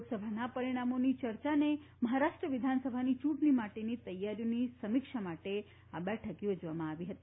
લોકસભાના પરિણામોની ચર્ચા અને મહારાષ્ટ્ર વિધાનસભાની ચૂંટણી માટેની તેયારીઓની સમીક્ષા માટે આ બેઠક યોજવામાં આવી હતી